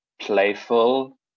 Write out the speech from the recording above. playful